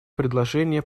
предложение